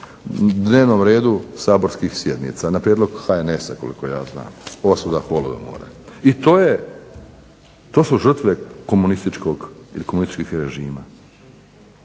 u dnevnom redu saborskih sjednica, na prijedlog HNS-a koliko ja znam, osuda holodomora. I to su žrtve komunističkih režima.